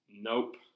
Nope